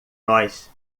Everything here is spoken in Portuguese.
nós